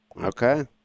Okay